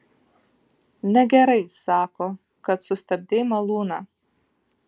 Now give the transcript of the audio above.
negerai sako kad sustabdei malūną